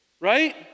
Right